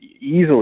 easily